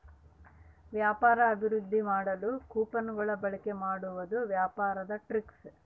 ವ್ಯಾಪಾರ ಅಭಿವೃದ್ದಿ ಮಾಡಲು ಕೊಪನ್ ಗಳ ಬಳಿಕೆ ಮಾಡುವುದು ವ್ಯಾಪಾರದ ಟ್ರಿಕ್ಸ್